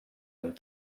amb